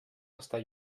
estar